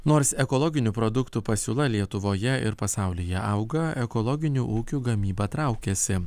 nors ekologinių produktų pasiūla lietuvoje ir pasaulyje auga ekologinių ūkių gamyba traukiasi